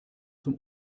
zum